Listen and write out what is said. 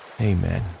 amen